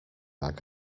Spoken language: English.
bag